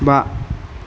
बा